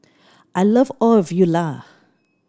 I love all of you lah